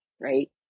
right